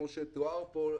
כמו שתואר כאן,